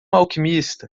alquimista